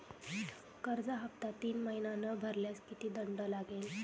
कर्ज हफ्ता तीन महिने न भरल्यास किती दंड लागेल?